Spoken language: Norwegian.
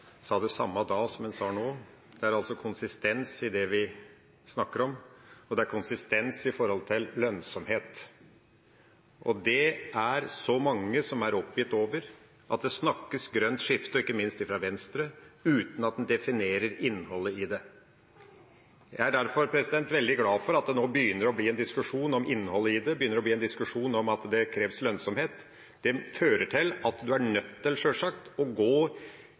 sa det samme da som nå. Det er altså konsistens i det vi snakker om, og det er konsistens når det gjelder lønnsomhet. Det er mange som er oppgitt over at det snakkes om et grønt skifte, ikke minst av Venstre, uten at en definerer innholdet i det. Jeg er derfor veldig glad for at det nå begynner å bli en diskusjon om innholdet i det, og om at det kreves lønnsomhet. Det fører til at en sjølsagt er nødt til å gå